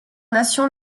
nations